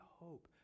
hope